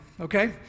okay